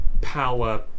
power